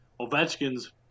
Ovechkin's